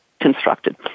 constructed